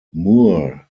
moore